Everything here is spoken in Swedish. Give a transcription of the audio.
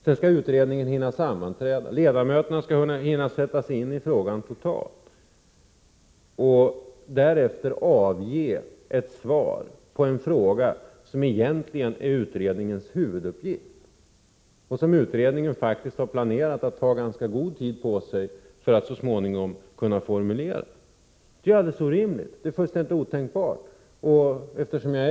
Sedan skall utredningen hinna sammanträda, ledamöterna skall hinna sätta sig in i frågan totalt och därefter avge ett svar på en fråga som egentligen är utredningens huvuduppgift och som kommittén faktiskt har planerat att ta ganska god tid på sig att utreda för att så småningom kunna formulera ett förslag. Det är alldeles orimligt och fullständigt otänkbart att hinna med denna uppgift på så kort tid.